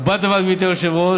ובד בבד, גברתי היושבת-ראש,